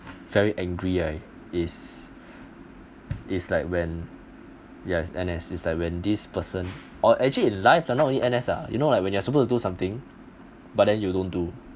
very angry right is is like when yes in N_S is like when this person or actually in life not only N_S ah you know like when you're supposed to do something but then you don't do